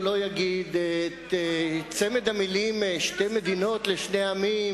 לא יגיד את המלים "שתי מדינות לשני עמים",